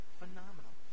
phenomenal